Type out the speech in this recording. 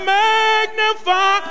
magnify